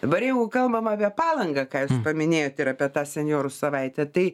dabar jeigu kalbam apie palangą ką jūs paminėjot ir apie tą senjorų savaitę tai